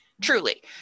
truly